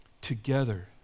together